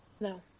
No